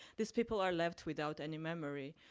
these people are left without any memory.